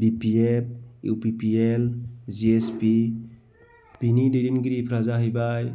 बि P F U P P L G S P बेनि दैदेनगिरिफोरा जाहैबाय